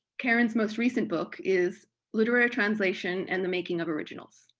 karen's most recent book is literary translation and the making of originals.